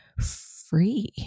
free